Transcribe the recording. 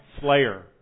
Slayer